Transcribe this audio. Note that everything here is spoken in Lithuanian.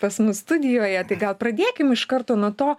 pas mus studijoje tai gal pradėkim iš karto nuo to